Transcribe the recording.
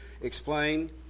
explain